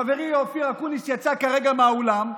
חברי אופיר אקוניס יצא כרגע מהאולם,